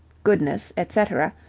goodness, etc,